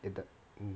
mm